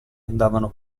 andavano